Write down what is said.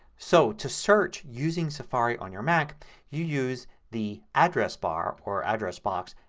so to search using safari on your mac you use the address bar, or address box,